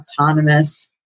autonomous